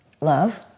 Love